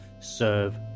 Serve